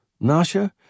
Nasha